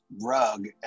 rug